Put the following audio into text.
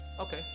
Okay